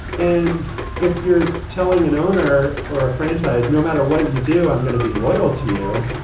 and if you're telling an owner or a franchise, no matter what you do, i'm gonna be loyal to you,